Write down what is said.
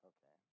Okay